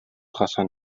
jasan